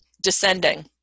descending